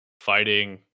fighting